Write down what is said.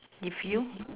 if you